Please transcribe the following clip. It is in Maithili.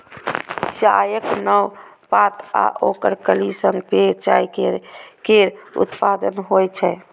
चायक नव पात आ ओकर कली सं पेय चाय केर उत्पादन होइ छै